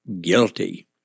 guilty